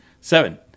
Seven